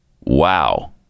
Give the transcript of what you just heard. Wow